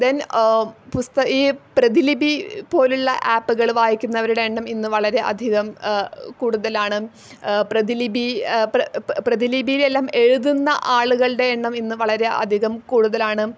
then പുസ്തകം ഈ പ്രതിലിബി പോലുള്ള ആപ്പുകൾ വായിക്കുന്നവരുടെ എണ്ണം ഇന്ന് വളരെ അധികം കൂടുതലാണ് പ്രതിലിബി പ്രതിലിബിയിലെല്ലാം എഴുതുന്ന ആളുകളുടെ എണ്ണം ഇന്ന് വളരെ അധികം കൂടുതലാണ്